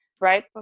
Right